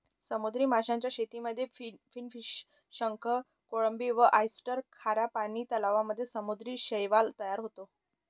समुद्री माशांच्या शेतीमध्ये फिनफिश, शंख, कोळंबी व ऑयस्टर, खाऱ्या पानी तलावांमध्ये समुद्री शैवाल तयार होते